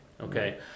okay